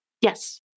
Yes